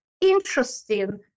interesting